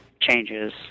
changes